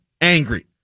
angry